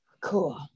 Cool